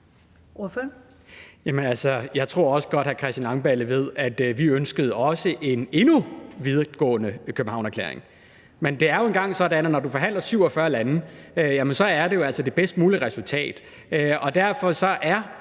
jeg tror godt, hr. Christian Langballe ved, at vi også ønskede en endnu mere vidtgående Københavnererklæring, men det er nu engang sådan, at når 47 lande forhandler, er det jo altså det bedst mulige resultat, man må gå